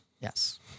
Yes